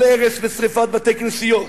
על הרס ושרפת בתי-כנסיות.